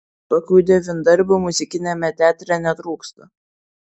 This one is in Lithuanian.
tokių devyndarbių muzikiniame teatre netrūksta